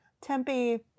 Tempe